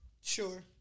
Sure